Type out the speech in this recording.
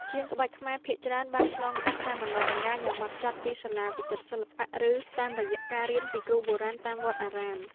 ជាងក្បាច់ខ្មែរភាគច្រើនបានឆ្លងកាត់ការបណ្ដុះបណ្ដាលយ៉ាងហ្មត់ចត់ពីសាលាវិចិត្រសិល្បៈ ឬតាមរយៈការរៀនតពីគ្រូបុរាណតាមវត្តអារាម។